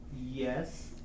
Yes